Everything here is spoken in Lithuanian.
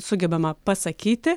sugebama pasakyti